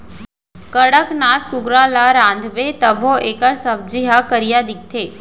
कड़कनाथ कुकरा ल रांधबे तभो एकर सब्जी ह करिया दिखथे